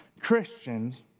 Christians